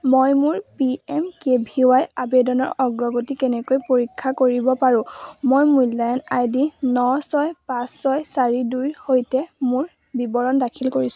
মই মোৰ P M K V Y আবেদনৰ অগ্ৰগতি কেনেকৈ পৰীক্ষা কৰিব পাৰোঁ মই মূল্যায়ন আই ডি ন ছয় পাঁচ ছয় চাৰি দুইৰ সৈতে মোৰ বিৱৰণ দাখিল কৰিছোঁ